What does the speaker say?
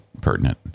pertinent